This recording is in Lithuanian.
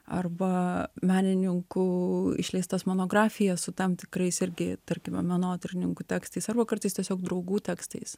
arba menininkų išleistas monografijas su tam tikrais irgi tarkim menotyrininkų tekstais arba kartais tiesiog draugų tekstais